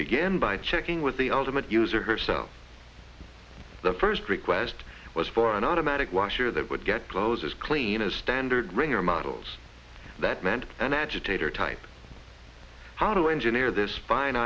begin by checking with the ultimate user herself the first request was for an automatic washer that would get close as clean a standard wringer models that meant an agitator type how to engineer this fine